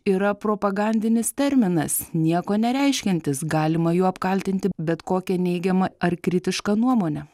yra propagandinis terminas nieko nereiškiantis galima juo apkaltinti bet kokią neigiamą ar kritišką nuomonę